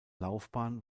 laufbahn